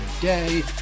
day